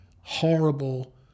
horrible